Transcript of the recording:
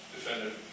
Defendant